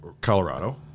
colorado